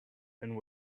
and